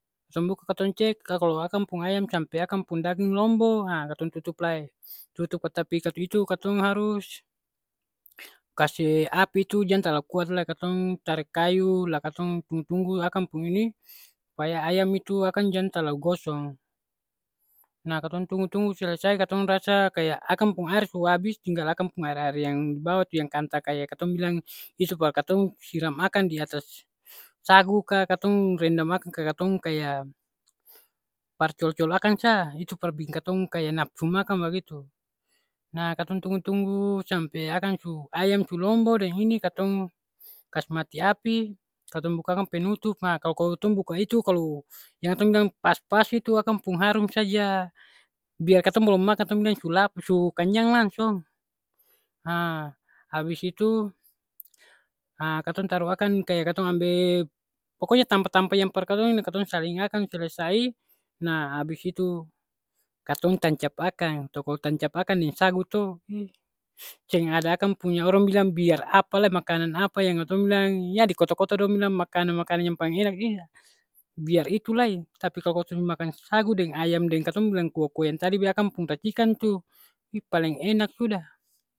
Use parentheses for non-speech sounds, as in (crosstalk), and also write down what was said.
(hesitation) buka katong cek la kalo akang pung ayam sampe akang pung daging lombo, ha katong tutup lai. Tutup ka tapi ka itu katong harus kase api tu jang talu kuat lai, katong tarek kayu la katong tunggu tunggu akang pung ini, supaya ayam itu akang jang talo gosong. Nah katong tunggu tunggu selesai katong rasa kaya akang pung aer su abis tinggal akang pung aer-aer yang di bawah tu yang kantal kaya katong bilang itu par katong siram akang di atas sagu, ka katong rendam akang, ka katong kaya par colo-colo akang sa. Itu par biking katong kaya napsu makang bagitu. Nah katong tunggu-tunggu sampe akang su, ayam su lombo deng ini, katong kas mati api, katong buka akang penutup, ha kal kalo katong buka itu kalo yang katong bilang pas-pas itu akang pung harum saja biar katong blom makang katong bilang su lap su kanyang langsung. Ha abis itu, ha katong taru akang kaya katong ambe pokonya tampa-tampa yang par katong ini. Katong saling akang selesai, nah abis itu katong tancap akang. Co kalo tancap akang deng sagu to, seng ada akang punya orang bilang biar apalai, makanan apa yang katong bilang ya di kota-kota dong bilang makanan-makanan yang paling enak. (hesitation) Biar itu lai, tapi kalo katong su makang sagu deng ayam deng katong bilang kuah-kuah yang tadi be akang pung racikan tu, hi paleng enak sudah.